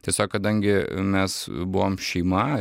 tiesiog kadangi mes buvom šeima